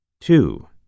Two